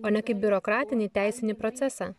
o ne kaip biurokratinį teisinį procesą